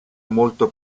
molto